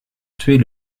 tuer